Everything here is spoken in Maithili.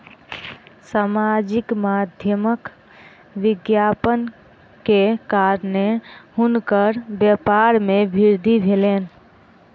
सामाजिक माध्यमक विज्ञापन के कारणेँ हुनकर व्यापार में वृद्धि भेलैन